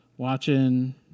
Watching